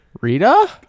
Rita